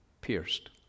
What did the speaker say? pierced